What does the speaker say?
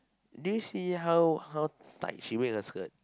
do you see how how tight she wear her skirt